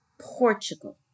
Portugal